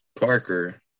Parker